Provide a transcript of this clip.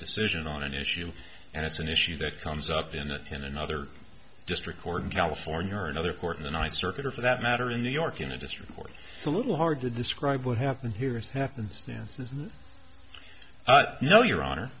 decision on an issue and it's an issue that comes up in a in another district court in california or another court in the ninth circuit or for that matter in new york in a district court a little hard to describe what happened here is happens now no your honor